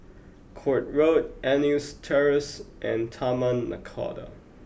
Court Road Eunos Terrace and Taman Nakhoda